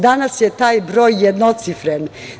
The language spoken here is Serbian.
Danas je taj broj jednocifren.